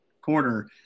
quarter